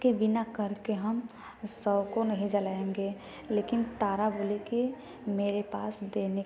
के बिना कर के हम शव को नहीं जलाएँगे लेकिन तारा बोली कि मेरे पास देने